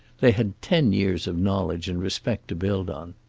they had ten years of knowledge and respect to build on.